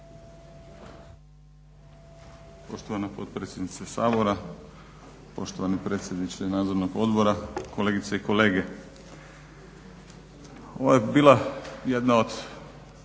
Poštovana potpredsjednice Sabora, poštovani predsjedniče Nadzornog odbora, kolegice i kolege. Ovo je bila jedna od